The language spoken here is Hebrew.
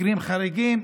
מקרים חריגים,